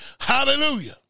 hallelujah